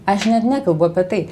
aš net nekalbu apie tai